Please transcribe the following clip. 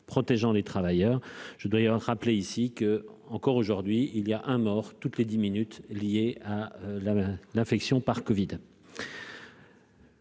protégeant les travailleurs, je dois avoir rappeler ici que, encore aujourd'hui, il y a un mort toutes les 10 minutes, lié à la l'infection par COVID.